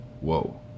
whoa